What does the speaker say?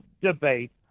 debate